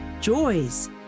joys